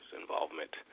involvement